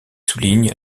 souligne